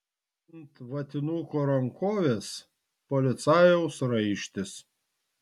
ant vatinuko rankovės policajaus raištis